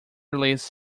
release